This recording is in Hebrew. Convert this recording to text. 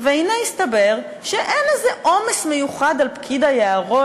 והנה הסתבר שאין איזה עומס מיוחד על פקיד היערות,